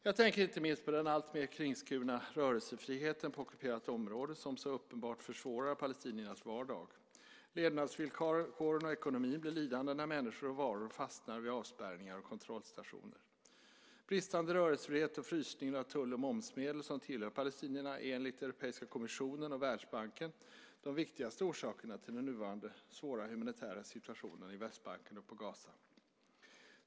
Jag tänker inte minst på den alltmer kringskurna rörelsefriheten på ockuperat område som så uppenbart försvårar palestiniernas vardag. Levnadsvillkoren och ekonomin blir lidande när människor och varor fastnar vid avspärrningar och kontrollstationer. Bristande rörelsefrihet och frysningen av tull och momsmedel som tillhör palestinierna är enligt Europeiska kommissionen och Världsbanken de viktigaste orsakerna till den nuvarande svåra humanitära situationen på Västbanken och i Gaza.